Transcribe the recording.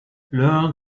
learn